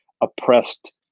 oppressed